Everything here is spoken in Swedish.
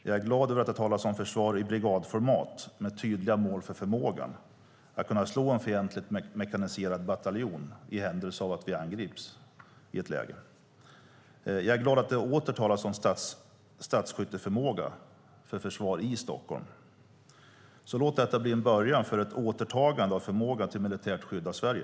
Jag är glad över att det har talats om försvar i brigadformat med tydliga mål för förmågan att slå en fientligt mekaniserad bataljon i händelse av att vi angrips. Jag är glad att det åter talas om stadsskytteförmåga för försvar i Stockholm. Låt detta bli en början för ett återtagande av förmågan till militärt skydd av Sverige.